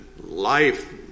life